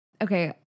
okay